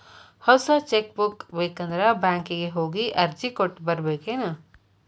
ಹೊಸ cheque book ಬೇಕಂದ್ರ ಬ್ಯಾಂಕಿಗೆ ಹೋಗಿ ಅರ್ಜಿ ಕೊಟ್ಟ ಬರ್ಬೇಕೇನ್